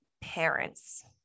parents